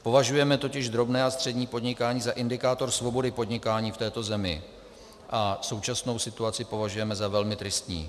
Považujeme totiž drobné a střední podnikání za indikátor svobody podnikání v této zemi a současnou situaci považujeme za velmi tristní.